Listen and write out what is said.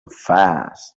fast